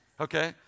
okay